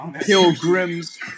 Pilgrims